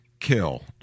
Kill